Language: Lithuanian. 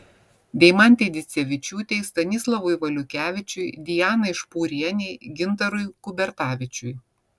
deimantei dicevičiūtei stanislavui valiukevičiui dianai špūrienei gintarui kubertavičiui